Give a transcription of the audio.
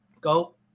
go